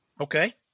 Okay